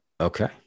Okay